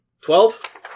twelve